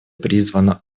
призвана